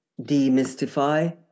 demystify